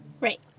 Right